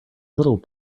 little